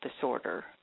disorder